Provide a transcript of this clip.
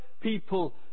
people